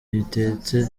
bitetse